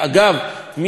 מי שעבר לגז,